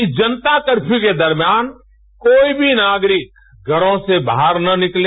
इस जनता कर्फ्यू के दर्मियान कोई भी नागरिक घरों से बाहर ना निकले